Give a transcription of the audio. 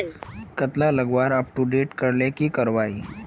कतला लगवार अपटूडेट करले की करवा ई?